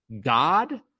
God